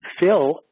Phil